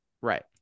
Right